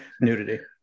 nudity